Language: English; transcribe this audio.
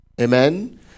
Amen